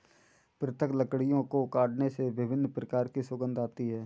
पृथक लकड़ियों को काटने से विभिन्न प्रकार की सुगंध आती है